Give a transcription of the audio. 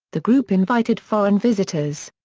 the group invited foreign visitors.